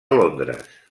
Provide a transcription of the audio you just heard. londres